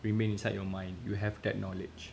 remain inside your mind you have that knowledge